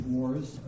Wars